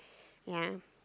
ya